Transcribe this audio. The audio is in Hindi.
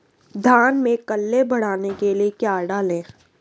धान में कल्ले बढ़ाने के लिए क्या डालें?